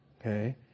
okay